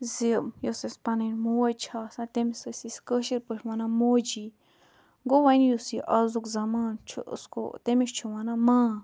زِ یۄس اسہِ پَنٕنۍ موج چھِ آسان تٔمِس ٲسۍ أسۍ کٲشِر پٲٹھۍ وَنان موجی گوٚو وۄنۍ یُس یہِ آزُک زَمانہٕ چھُ اس کو تٔمِس چھِ وَنان ماں